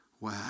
Wow